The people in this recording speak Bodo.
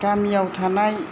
गामियाव थानाय